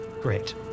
Great